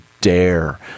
Dare